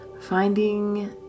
finding